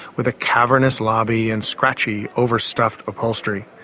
with a cavernous lobby and scratchy, overstuffed upholstery.